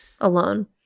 alone